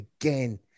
again